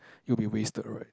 it'll be wasted right